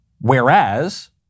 Whereas